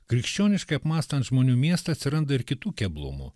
krikščioniškai apmąstant žmonių miestą atsiranda ir kitų keblumų